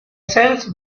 shells